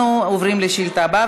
אנחנו עוברים לשאילתה הבאה,